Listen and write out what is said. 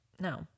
No